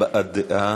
הבעת דעה,